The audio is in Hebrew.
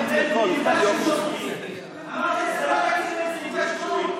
ניצחנו את אנטיוכוס, ננצח גם אותך.